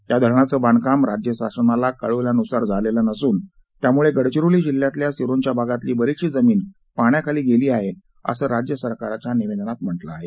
या धरणाचं बांधकाम राज्यशासनाला कळवल्यानुसार झालेलं नसून त्यामुळे गडचिरोली जिल्ह्यातल्या सिरोंचा भागातली बरीचशी जमीन पाण्याखाली गेली आहे असं राज्यसरकारच्या निवेदनात म्हटलं आहे